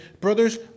brothers